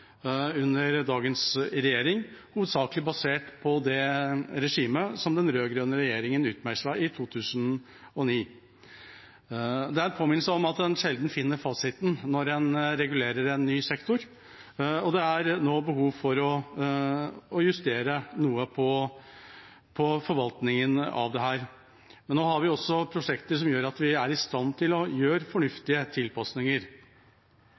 under dagens regjering, hovedsakelig basert på det regimet som den rød-grønne regjeringen utmeislet i 2009. Det er en påminnelse om at en sjelden finner fasiten når en regulerer en ny sektor, og det er nå behov for å justere noe på forvaltningen av dette. Men nå har vi også prosjekter som gjør at vi er i stand til å gjøre fornuftige tilpasninger.